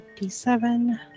57